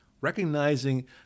Recognizing